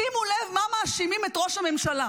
שימו לב במה מאשימים את ראש הממשלה,